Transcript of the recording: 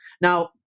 Now